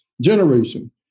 generation